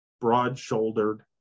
broad-shouldered